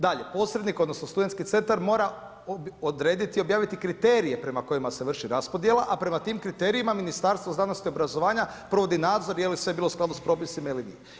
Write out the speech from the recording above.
Dalje, posrednik, odnosno studenski centar mora odrediti, objaviti kriterije prema kojima se vrši raspodjela a prema tim kriterijima Ministarstvo znanosti i obrazovanja provodi nadzor je li sve bilo u skladu sa propisima ili nije.